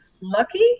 lucky